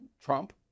Trump